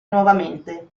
nuovamente